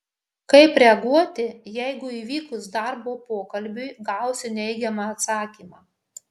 kaip reaguoti jeigu įvykus darbo pokalbiui gausiu neigiamą atsakymą